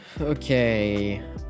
okay